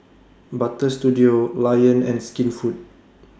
Butter Studio Lion and Skinfood